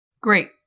Great